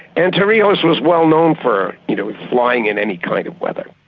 and torrijos was well-known for you know flying in any kind of weather.